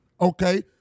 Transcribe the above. Okay